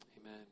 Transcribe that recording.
Amen